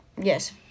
Yes